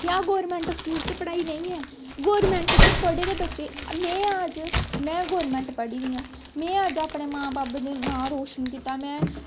क्या government school च पढ़ाई नेईं ऐं गौरमैंट च पढ़े दे बच्चे में आं अज्ज मैं गौरमैंट पढ़ी दी आं में अज्ज अपने मां बब्ब दा नांऽ रोशन कीता